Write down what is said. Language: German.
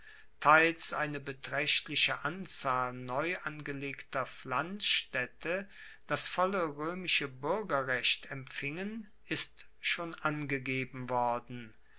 teils eine betraechtliche anzahl neuangelegter pflanzstaedte das volle roemische buergerrecht empfingen ist schon angegeben worden